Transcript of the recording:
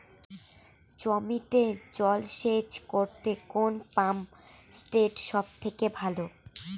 জমিতে জল সেচ করতে কোন পাম্প সেট সব থেকে ভালো?